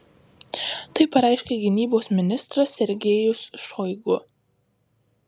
tai pareiškė gynybos ministras sergejus šoigu